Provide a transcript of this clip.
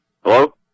Hello